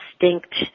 distinct